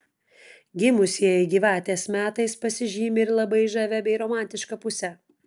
gimusieji gyvatės metais pasižymi ir labai žavia bei romantiška puse